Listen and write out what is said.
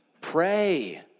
Pray